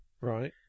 right